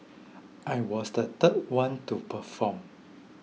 I was the third one to perform